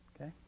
Okay